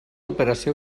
operació